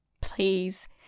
Please